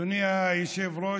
אדוני היושב-ראש,